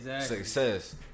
success